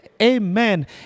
Amen